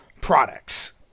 products